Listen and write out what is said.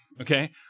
okay